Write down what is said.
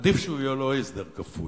עדיף שהוא יהיה לא הסדר כפוי.